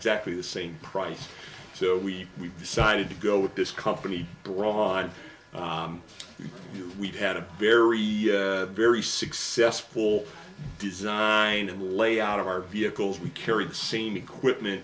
exactly the same price so we decided to go with this company broad we've had a very very successful design and layout of our vehicles we carry the same equipment